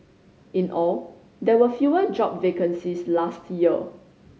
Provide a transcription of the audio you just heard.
in all there were fewer job vacancies last year